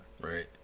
right